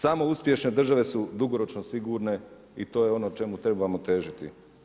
Samo uspješne države su dugoročno sigurne i to je ono čemu trebamo težiti.